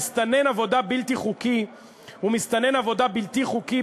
מסתנן עבודה בלתי חוקי הוא מסתנן עבודה בלתי חוקי,